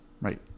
right